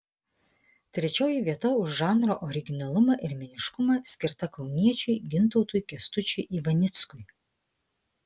trečioji vieta už žanro originalumą ir meniškumą skirta kauniečiui gintautui kęstučiui ivanickui